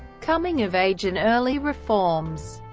coming of age and early reforms